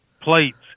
plates